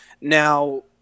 Now